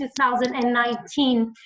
2019